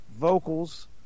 vocals